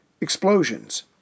explosions